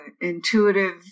intuitive